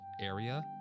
area